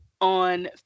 on